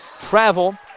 Travel